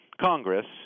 Congress